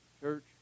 Church